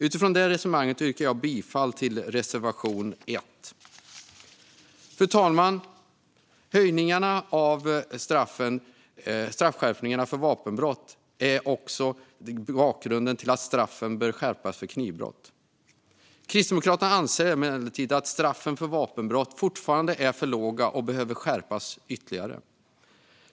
Utifrån det resonemanget yrkar jag bifall till reservation 1. Fru talman! Straffskärpningarna gällande vapenbrott är bakgrunden till att straffen bör skärpas för knivbrott. Kristdemokraterna anser emellertid att straffen för vapenbrott fortfarande är för låga och behöver skärpas ytterligare.